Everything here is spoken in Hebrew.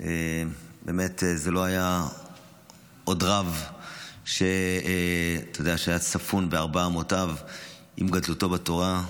באמת לא היה עוד רב שהיה ספון בארבע אמותיו עם גדלותו בתורה.